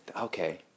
okay